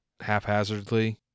haphazardly